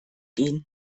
gehen